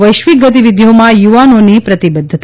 વૈશ્વિક ગતિવિધિઓમાં યુવાઓની પ્રતિબદ્ધતા